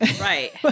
Right